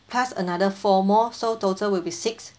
plus another four more so total will be six